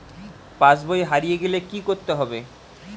পাশবই হারিয়ে গেলে কি করতে হবে?